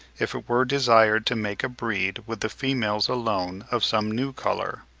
if it were desired to make a breed with the females alone of some new colour.